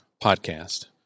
podcast